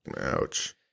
Ouch